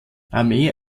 armee